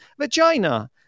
vagina